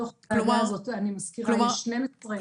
אני מזכירה שאלו ---.